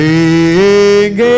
Sing